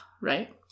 Right